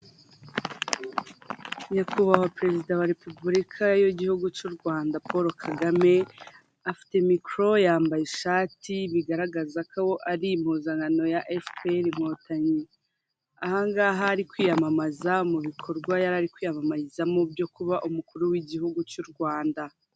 Nyakubahwa perezida wa repubulika y'igihugu cy'u Rwanda Paul Kagame afite mikoro yambaye ishati bigaragaza ko ari impuzankano ya efuperi inkotanyi ahangaha ari kwiyamamaza mu bikorwa yari ari kwiyamamarizamo byo kuba umukuru w'igihugu cy'u Rwanda.